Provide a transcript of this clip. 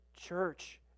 church